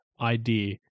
idea